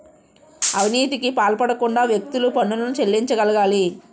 అవినీతికి పాల్పడకుండా వ్యక్తులు పన్నులను చెల్లించగలగాలి